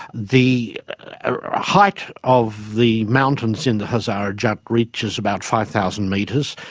the height of the mountains in the hazarajat reaches about five thousand metres.